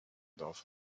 darf